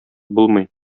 булмый